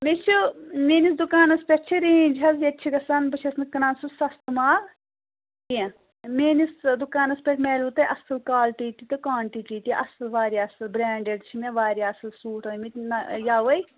مےٚ چھِ میٛٲنِس دُکانَس پٮ۪ٹھ چھِ رینٛج حظ ییٚتہِ چھِ گژھان بہٕ چھَس نہٕ کٕنان سُہ سَستہٕ مال کیٚنٛہہ میٛٲنِس دُکانَس پٮ۪ٹھ میلوٕ تۄہہِ اَصٕل کالٹی تہِ تہٕ کانٹِٹی تہِ اَصٕل واریاہ اَصٕل برینڈِڈ چھِ مےٚ واریاہ اَصٕل سوٗٹ ٲمٕتۍ نٔے یَوَے